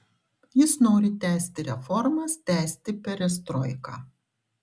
jis nori tęsti reformas tęsti perestroiką